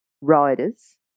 riders